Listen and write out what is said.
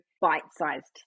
bite-sized